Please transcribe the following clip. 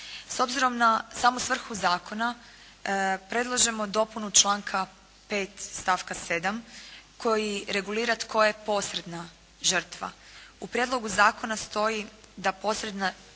S obzirom na samu svrhu zakona predlažemo dopunu članka 5. stavka 7. koji regulira tko je posredna žrtva. U prijedlogu zakona stoji da posredna